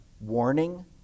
warning